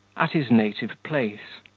at his native place,